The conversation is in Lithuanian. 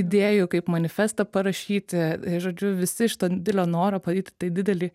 idėjų kaip manifestą parašyti žodžiu visi iš to didelio noro padaryti tai didelį